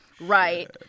right